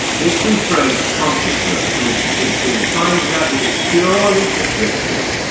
if we trace consciousness to its seat we find that it is purely subjective.